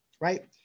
right